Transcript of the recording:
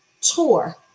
tour